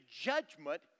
judgment